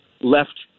left